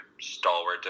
stalwart